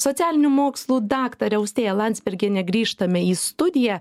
socialinių mokslų daktare austėja landsbergiene grįžtame į studiją